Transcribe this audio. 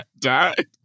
died